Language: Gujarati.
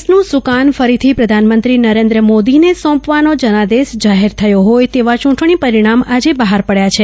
દેશનું સુકાન ફરીથી પ્રધાનમંત્રી નરેન્દ્ર મોદીને સોંપવાનો જનાદેશ જાહેર થયો હોય તેવા ચુંટણી પરિણામ આજે બહાર પડ્યા છે